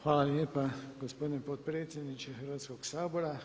Hvala lijepa gospodine potpredsjedniče Hrvatskog sabora.